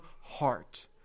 heart